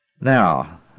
Now